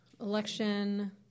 Election